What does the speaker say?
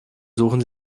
suchen